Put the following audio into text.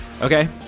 Okay